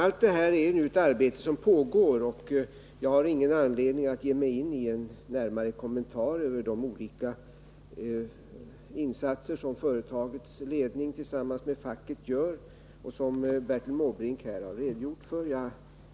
Allt det här är nu ett arbete som pågår, och jag har ingen anledning att ge mig in i närmare kommentarer till de olika insatser som företagets ledning tillsammans med facket gör och som Bertil Måbrink här har redogjort för.